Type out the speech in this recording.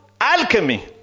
alchemy